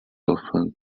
often